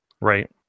Right